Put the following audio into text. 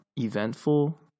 eventful